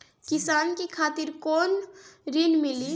किसान के खातिर कौन ऋण मिली?